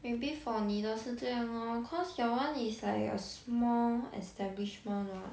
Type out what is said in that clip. maybe for 你的是这样 lor cause your one is like a small establishment what